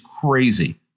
crazy